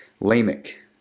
Lamech